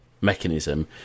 mechanism